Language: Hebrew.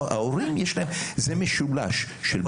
ההורים יש להם זה משולש של בית ספר